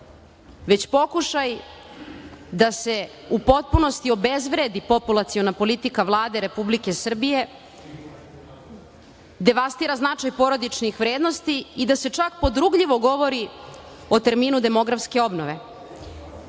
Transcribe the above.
već pokušaj da se u potpunosti obezvredi populaciona politika Vlade Republike Srbije, devastira značaj porodičnih vrednosti i da se čak podrugljivo govori o terminu demografske obnove. Ukoliko